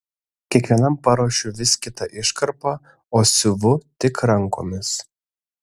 kiekvienam paruošiu vis kitą iškarpą o siuvu tik rankomis